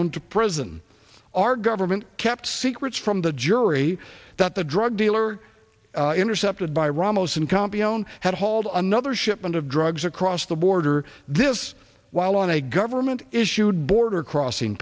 on to prison our government kept secrets from the jury that the drug dealer intercepted by ramos and campeon had hauled another shipment of drugs across the border this while on a government issued border crossing